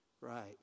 right